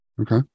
Okay